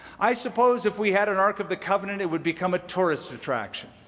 i suppose if we had an ark of the covenant, it would become a tourist attraction.